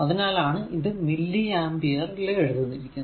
അതിനാൽ ആണ് ഇത് മില്ലി അമ്പിയർ ൽ എഴുതിയിരിക്കുന്നത്